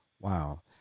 Wow